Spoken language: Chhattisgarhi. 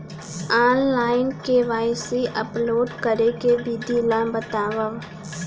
ऑनलाइन के.वाई.सी अपलोड करे के विधि ला बतावव?